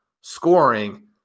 scoring